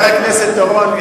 חבר הכנסת אורון,